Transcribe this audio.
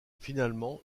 finalement